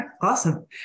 awesome